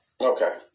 Okay